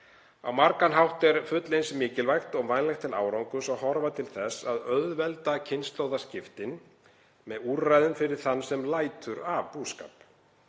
Á margan hátt er fullt eins mikilvægt og vænlegt til árangurs að horfa til þess að auðvelda kynslóðaskiptin með úrræðum fyrir þann sem lætur af búskap.